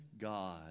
God